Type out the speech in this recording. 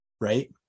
Right